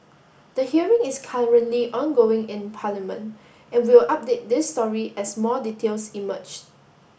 the hearing is currently ongoing in Parliament and we'll update this story as more details emerge